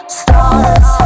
stars